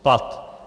Plat.